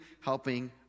helping